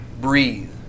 breathe